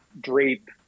drape